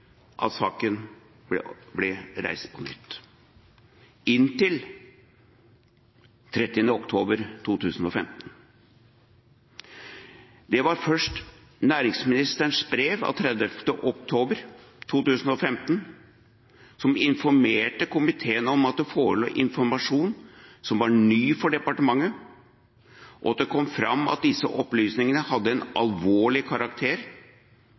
at saken ble reist på nytt – inntil 30. oktober 2015. Det var først da næringsministeren i brev av 30. oktober 2015 informerte komiteen om at det forelå informasjon som var ny for departementet, og det kom fram at disse opplysningene hadde en alvorlig karakter,